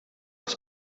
els